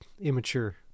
immature